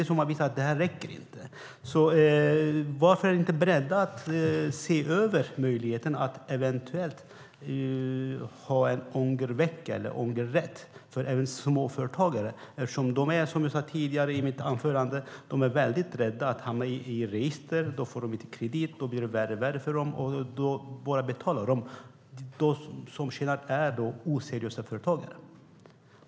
Varför är ni inte beredda att se över möjligheten att eventuellt ha en ångervecka eller ångerrätt även för småföretagare? Som jag sade tidigare i mitt anförande är de rädda att hamna i register. Då får de inte kredit. Det blir värre och värre för dem, och sedan betalar de. De som tjänar på detta är de oseriösa företagarna.